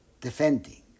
defending